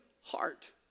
heart